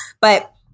But-